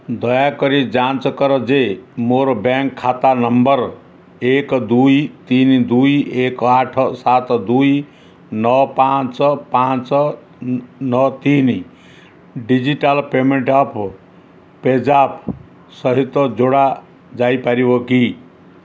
ଦୟାକରି ଯାଞ୍ଚ କର ଯେ ମୋର ବ୍ୟାଙ୍କ୍ ଖାତା ନମ୍ବର୍ ଏକ ଦୁଇ ତିନି ଦୁଇ ଏକ ଆଠ ସାତ ଦୁଇ ନଅ ପାଞ୍ଚ ପାଞ୍ଚ ନଅ ତିନି ଡିଜିଟାଲ୍ ପେମେଣ୍ଟ୍ ଆପ୍ ପେଜାପ୍ ସହିତ ଯୋଡ଼ା ଯାଇପାରିବ କି